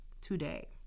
today